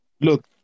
look